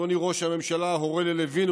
אדוני ראש הממשלה: הורה ללוין,